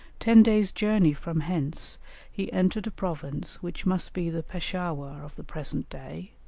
ten days' journey from hence he entered a province which must be the peshawur of the present day,